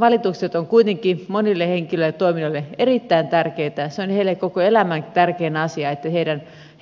valitukset ovat kuitenkin monille henkilöille ja toimijoille erittäin tärkeitä se on heille koko elämän tärkein asia että